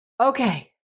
Okay